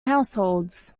households